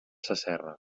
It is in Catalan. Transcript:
sasserra